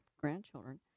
grandchildren